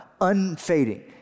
unfading